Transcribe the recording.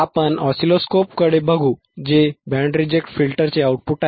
आपण ऑसिलोस्कोपकडे बघू जे बँड रिजेक्ट फिल्टरचे आउटपुट आहे